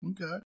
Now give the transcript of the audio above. Okay